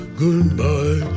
goodbye